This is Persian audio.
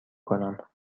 کنم